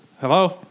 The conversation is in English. Hello